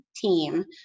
team